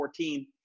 2014